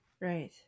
Right